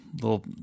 little